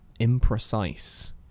imprecise